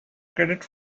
credits